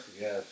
Yes